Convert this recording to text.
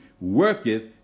worketh